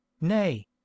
Nay